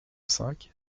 cinq